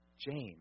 James